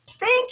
Thank